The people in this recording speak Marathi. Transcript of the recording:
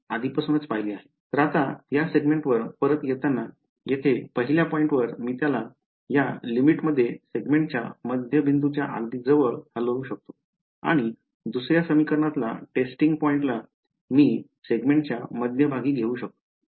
तर आता या सेगमेंटवर परत येताना येथे पहिल्या पॉईंटवर मी त्याला या लिमिटमध्ये सेगमेंटच्या मध्यबिंदूच्या अगदी जवळ हलवू शकतो आणि दुसऱ्या समीकरणातला टेस्टिंग पॉईंटला मी सेगमेंटच्या मध्यभागी घेऊ शकतो